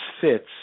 fits